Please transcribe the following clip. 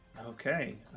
Okay